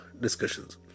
discussions